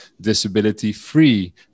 disability-free